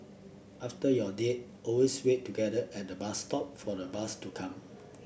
after your date always wait together at the bus stop for the bus to come